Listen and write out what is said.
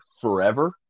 forever